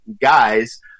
guys